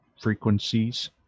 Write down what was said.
frequencies